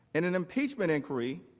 in an impeachment inquiry,